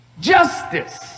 justice